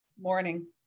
morning